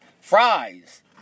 fries